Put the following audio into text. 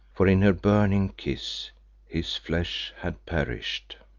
for in her burning kiss his flesh had perished.